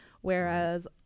Whereas